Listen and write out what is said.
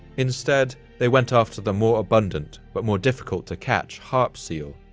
instead, they went after the more abundant but more difficult-to catch harp seal,